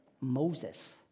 Moses